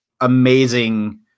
amazing